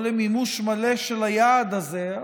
לא למימוש מלא של היעד הזה,